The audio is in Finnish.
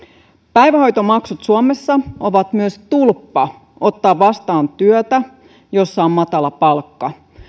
päivähoitomaksut suomessa ovat myös tulppa ottaa vastaan työtä jossa on matala palkka